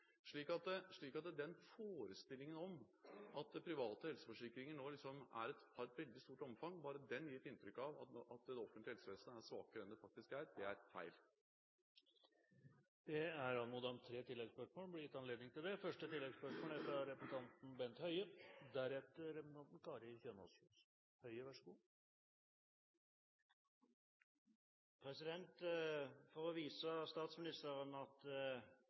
forestillingen om at private helseforsikringer nå har et veldig stort omfang, som gir et inntrykk av at det offentlige helsevesenet er svakere enn det faktisk er, er feil. Det er anmodet om tre oppfølgingsspørsmål, og det blir gitt anledning til det – først Bent Høie. For å vise statsministeren at dette med både private helseforsikringer og kjøp av helsetjenester faktisk er et tegn på todelingen av det norske helsevesenet, vil jeg vise